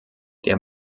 der